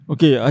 Okay